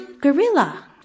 gorilla